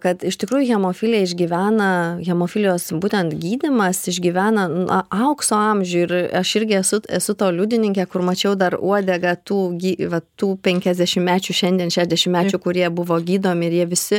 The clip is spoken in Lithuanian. kad iš tikrųjų hemofilija išgyvena hemofilijos būtent gydymas išgyvena na aukso amžių ir aš irgi esu esu to liudininkė kur mačiau dar uodegą tu gy va tų penkiasdešimtmečių šiandien šedešimtmečių kurie buvo gydomi ir jie visi